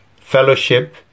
fellowship